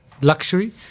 luxury